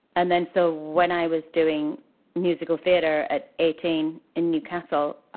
and then so when i was doing musical theatre at eighteen in newcastle,